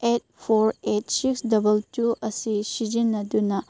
eight four eight six double two ꯑꯁꯤ ꯁꯤꯖꯤꯟꯅꯗꯨꯅ